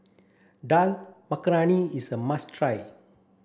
Dal Makhani is a must try